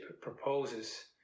proposes